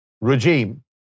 regime